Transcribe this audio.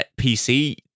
PC